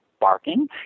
barking